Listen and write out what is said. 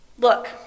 Look